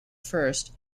first